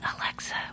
Alexa